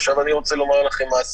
אני רוצה לומר לכם מה עשינו.